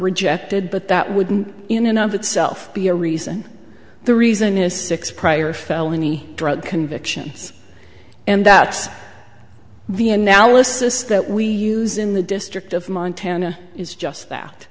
rejected but that wouldn't in a number itself be a reason the reason is six prior felony drug convictions and that's the analysis that we use in the district of montana is just that